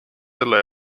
selle